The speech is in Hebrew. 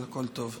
אבל הכול טוב.